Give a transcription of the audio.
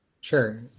Sure